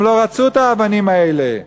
הם לא רצו את האבנים האלה.